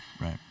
Right